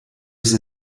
sie